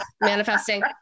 manifesting